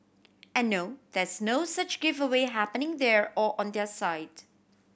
and no there is no such giveaway happening there or on their site